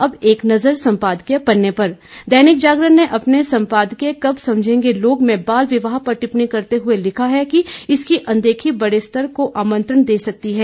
अब एक नजर संपादकीय पन्ने पर दैनिक जागरण ने अपने संपादकीय कब समझेंगे लोग में बाल विवाह पर टिप्पणी करते हुए लिखा है कि इसकी अनदेखी बड़े खतरे को आमंत्रण दे सकती है